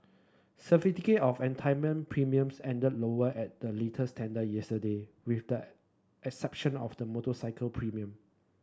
certificate of entitlement premiums ended lower at the latest tender yesterday with the exception of the motorcycle premium